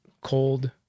cold